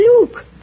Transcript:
look